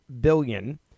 billion